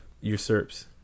usurps